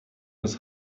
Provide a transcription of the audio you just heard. ist